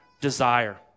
desire